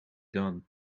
done